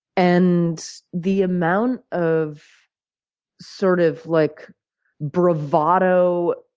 and the amount of sort of like bravado